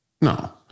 No